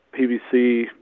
PVC